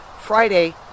Friday